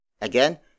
Again